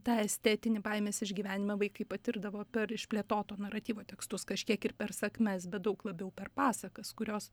tą estetinį baimės išgyvenimą vaikai patirdavo per išplėtoto naratyvo tekstus kažkiek ir per sakmes bet daug labiau per pasakas kurios